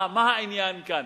מה העניין כאן?